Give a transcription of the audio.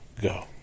Go